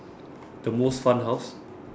the most fun house